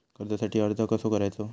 कर्जासाठी अर्ज कसो करायचो?